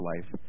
life